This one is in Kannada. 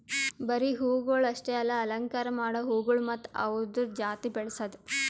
ಬರೀ ಹೂವುಗೊಳ್ ಅಷ್ಟೆ ಅಲ್ಲಾ ಅಲಂಕಾರ ಮಾಡೋ ಹೂಗೊಳ್ ಮತ್ತ ಅವ್ದುರದ್ ಜಾತಿ ಬೆಳಸದ್